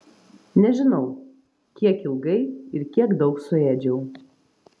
nežinau kiek ilgai ir kiek daug suėdžiau